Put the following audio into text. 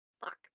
fuck